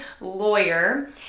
lawyer